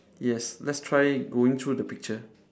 yes let's try going through the picture